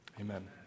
Amen